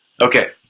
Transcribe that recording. Okay